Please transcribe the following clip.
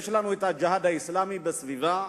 יש לנו את "הג'יהאד האסלאמי" בסביבה,